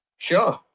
sure.